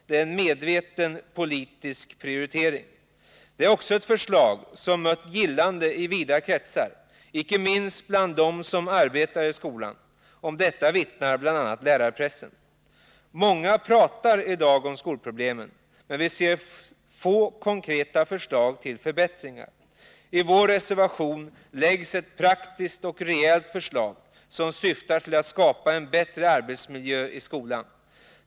Det är en medveten politisk prioritering. Det är också ett förslag som har mött gillande i vida kretsar, icke minst bland dem som arbetar i skolan. Om detta vittnar bl.a. lärarpressen. Många pratar i dag om skolproblemen, men vi ser få konkreta förslag till förbättringar. I vår reservation läggs ett praktiskt och rejält förslag fram, som syftar till att skapa en bättre arbetsmiljö i skolan.